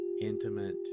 intimate